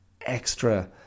extra